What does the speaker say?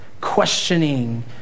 questioning